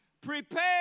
prepare